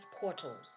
portals